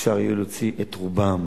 אפשר יהיה להוציא את רובם